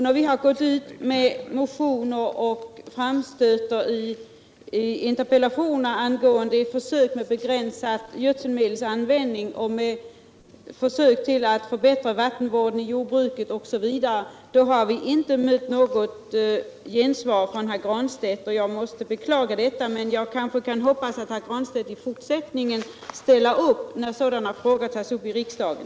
När vi har gått ut med motioner och gjort framstötar i interpellationer angående begränsad gödselmedelsanvändning, försök att förbättra vattenvården i jordbruket osv., har vi inte mött något gensvar från herr Granstedt. Jag måste beklaga detta. Men jag kanske kan hoppas att herr Granstedt i fortsättningen ställer upp när sådana frågor tas upp i riksdagen?